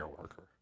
worker